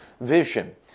vision